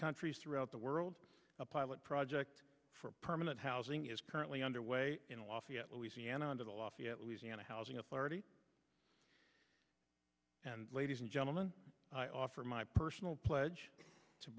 countries throughout the world a pilot project for permanent housing is currently underway in lafayette louisiana under the lafayette louisiana housing authority and ladies and gentlemen i offer my personal pledge to